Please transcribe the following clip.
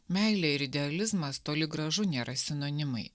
meilė ir idealizmas toli gražu nėra sinonimai